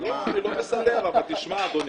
אני לא מסדר, אבל תשמע, אדוני.